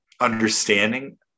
understanding